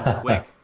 quick